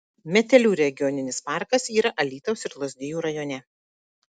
metelių regioninis parkas yra alytaus ir lazdijų rajone